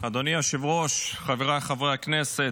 אדוני היושב-ראש, חבריי חברי הכנסת,